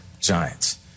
Giants